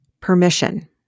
permission